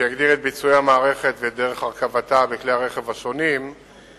שתגדיר את ביצועי המערכת ואת דרך הרכבתה בכלי הרכב השונים באופן